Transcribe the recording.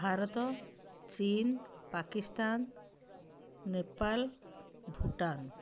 ଭାରତ ଚୀନ୍ ପାକିସ୍ତାନ୍ ନେପାଳ ଭୁଟାନ୍